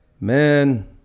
Man